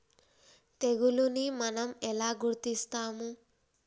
తెగులుని మనం ఎలా గుర్తిస్తాము?